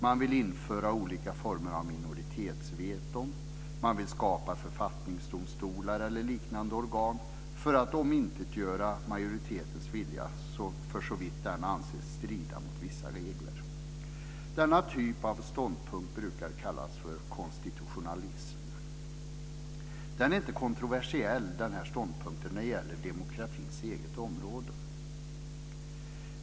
Man vill införa olika former av minoritetsveton, man vill skapa författningsdomstolar eller liknande organ för att omintetgöra majoritetens vilja, försåvitt den anses strida mot vissa regler. Denna typ av ståndpunkt brukar kallas för konstitutionalism. Ståndpunkten är inte kontroversiell när det gäller demokratins eget område.